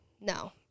No